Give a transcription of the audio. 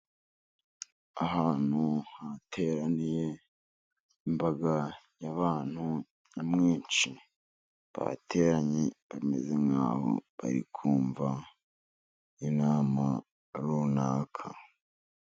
Ahantu hateraniye imbaga y'abantu nyamwinshi, bateranye bameze nkaho bari kumva inama runaka.